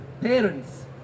parents